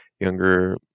younger